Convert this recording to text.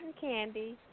candy